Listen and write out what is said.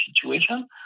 situation